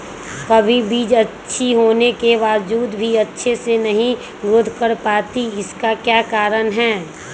कभी बीज अच्छी होने के बावजूद भी अच्छे से नहीं ग्रोथ कर पाती इसका क्या कारण है?